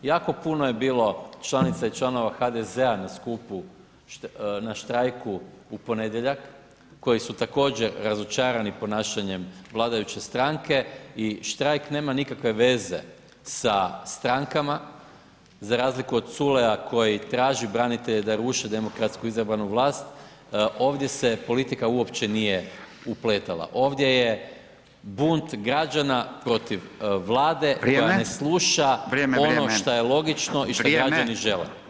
Jako puno je bilo članica i članova HDZ-a na štrajku u ponedjeljak, koji su također razočarani ponašanjem vladajuće stranke i štrajk nema nikakve veze sa strankama za razliku od Culeja koji traži branitelje da ruše demokratsku izabranu vlast, ovdje se politika uopće nije uplitala, ovdje je bunt građana protiv Vlade koja [[Upadica Radin: Vrijeme.]] ne sluša ono šta je logično o šta građani žele.